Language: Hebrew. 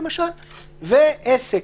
וכן, עסק.